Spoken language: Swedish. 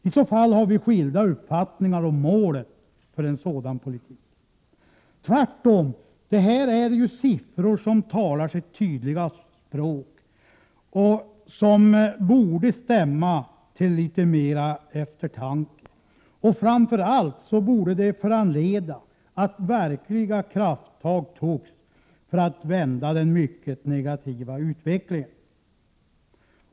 I så fall har vi skilda uppfattningar om målet för en sådan politik. Tvärtom! Det här är siffror som talar sitt tydliga språk och som borde stämma till litet eftertanke och framför allt föranleda verkliga krafttag för att vända den mycket negativa utvecklingen.